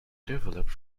developed